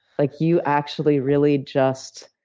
like, you actually really just